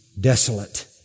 desolate